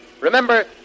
Remember